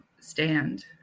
stand